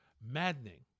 maddening